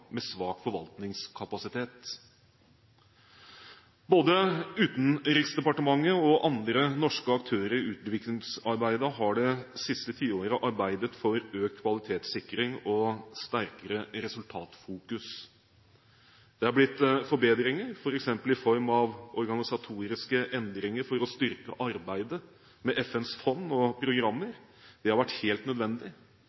med begrenset forvaltningskapasitet.» Både Utenriksdepartementet og andre norske aktører i utviklingsarbeidet har det siste tiåret arbeidet for økt kvalitetssikring og sterkere resultatfokus. Det er blitt forbedringer, f.eks. i form av organisatoriske endringer for å styrke arbeidet med FNs fond og